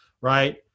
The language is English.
right